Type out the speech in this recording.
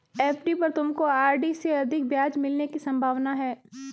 FD पर तुमको RD से अधिक ब्याज मिलने की संभावना है